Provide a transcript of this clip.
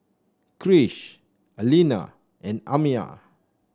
Krish Alina and Amiah